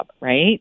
right